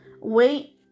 Wait